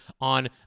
on